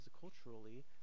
culturally